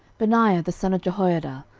benaiah the son of jehoiada,